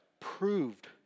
proved